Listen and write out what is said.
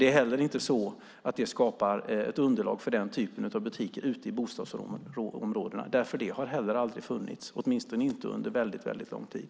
Det är inte heller så att det skapar ett underlag för den typen av butiker i bostadsområdena. Det har heller aldrig funnits, åtminstone inte under lång tid.